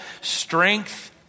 strength